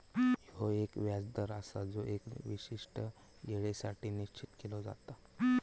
ह्यो एक व्याज दर आसा जो एका विशिष्ट येळेसाठी निश्चित केलो जाता